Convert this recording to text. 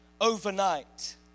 overnight